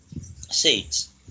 Seeds